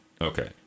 Okay